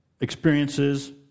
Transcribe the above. experiences